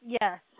Yes